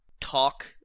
talk